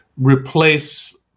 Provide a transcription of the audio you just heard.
replace